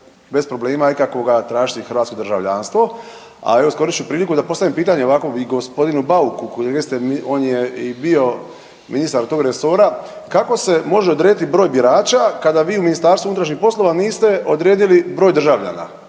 bez problema ikakvoga tražiti hrvatsko državljanstvo. A evo iskoristit ću priliku da postavim pitanju i g. Bauku, on je i bio ministar tog resora, kako se može odrediti broj birača kada vi u MUP-u niste odredili broj državljana?